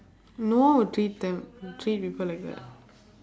no one would treat them treat people like that